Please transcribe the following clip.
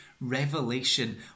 Revelation